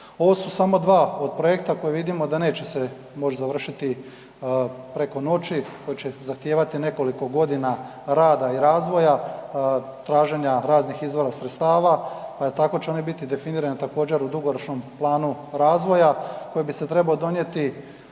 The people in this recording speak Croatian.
Ovo su samo dva od projekta koja vidimo da neće se moći završiti preko noći, koji će zahtijevati nekoliko godina rada i razvoja, traženja raznih izvora sredstava, pa je tako će oni biti definirani također, u dugoročnom planu razvoja koji bi se trebao donijeti